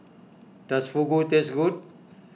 does Fugu taste good